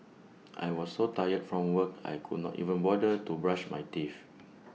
I was so tired from work I could not even bother to brush my teeth